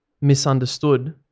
misunderstood